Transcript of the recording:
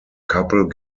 couple